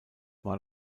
war